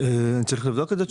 אני צריך לבדוק את זה.